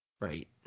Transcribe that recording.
Right